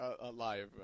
alive